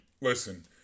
listen